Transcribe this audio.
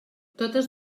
totes